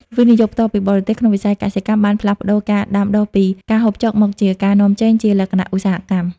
វិនិយោគផ្ទាល់ពីបរទេស ក្នុងវិស័យកសិកម្មបានផ្លាស់ប្តូរការដាំដុះពី "ការហូបចុក" មកជា "ការនាំចេញ" ជាលក្ខណៈឧស្សាហកម្ម។